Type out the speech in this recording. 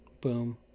Boom